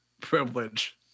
Privilege